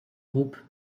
groupe